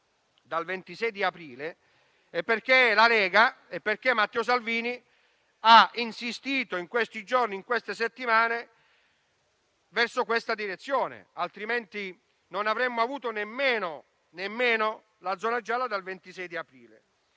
dal 26 aprile, è perché la Lega e Matteo Salvini hanno insistito in questi giorni e in queste settimane verso questa direzione; diversamente non avremmo avuto nemmeno la zona gialla dal 26 di aprile.